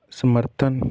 ਸਮਰਥਨ